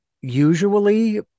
usually